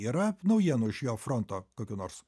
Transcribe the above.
yra naujienų iš jo fronto kokių nors